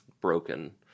broken